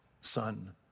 son